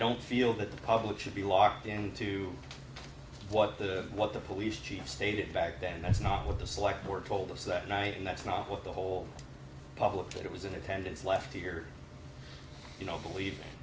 don't feel that the public should be locked into what the what the police chief stated back then that's not what the select were told us that night and that's not what the whole public to it was in attendance left here you know believe